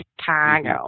Chicago